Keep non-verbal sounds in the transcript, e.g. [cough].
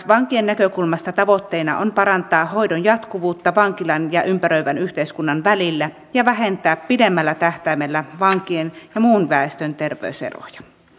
[unintelligible] vankien näkökulmasta taas tavoitteena on parantaa hoidon jatkuvuutta vankilan ja ympäröivän yhteiskunnan välillä ja vähentää pidemmällä tähtäimellä vankien ja muun väestön terveyseroja